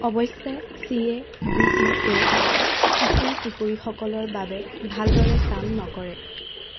অৱশ্যে C A G ই এ কিশোৰ কিশোৰীসকলৰ বাবে ভালদৰে কাম নকৰে